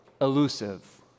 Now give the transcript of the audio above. elusive